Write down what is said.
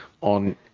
on